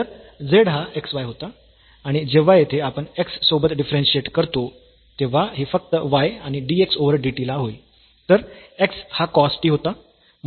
तर z हा x y होता आणि जेव्हा येथे आपण x सोबत डिफरन्शियेट करतो तेव्हा हे फक्त y आणि dx ओव्हर dt होईल तर x हा cos t होता